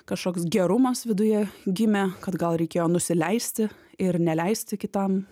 kažkoks gerumas viduje gimė kad gal reikėjo nusileisti ir neleisti kitam